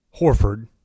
Horford